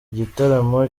gitaramo